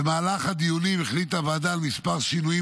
במהלך הדיונים החליטה הוועדה על כמה שינויים